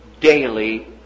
daily